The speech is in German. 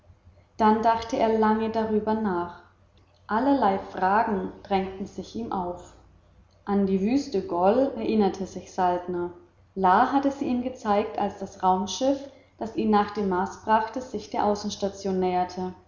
dann dachte er lange darüber nach allerlei fragen drängten sich ihm auf an die wüste gol erinnerte sich saltner la hatte sie ihm gezeigt als das raumschiff das ihn nach dem mars brachte sich der außenstation näherte